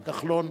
כחלון,